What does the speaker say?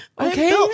okay